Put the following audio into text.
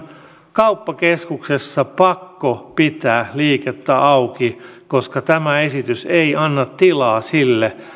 kauppakeskuksessa pakko pitää liikettä auki koska tämä esitys ei anna tilaa sille